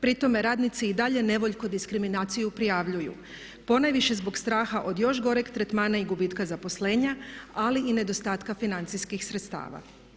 Pri tome radnici i dalje nevoljko diskriminaciju prijavljuju ponajviše zbog straha od još goreg tretmana i gubitka zaposlenja, ali i nedostatka financijskih sredstava.